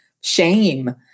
shame